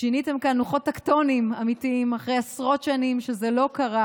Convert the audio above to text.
הזזתם כאן לוחות טקטוניים אמיתיים אחרי עשרות שנים שזה לא קרה.